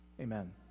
Amen